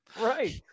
right